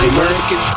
American